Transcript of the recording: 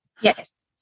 yes